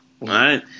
right